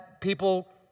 People